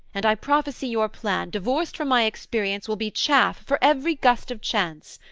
and i prophesy your plan, divorced from my experience, will be chaff for every gust of chance,